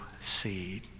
seed